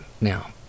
Now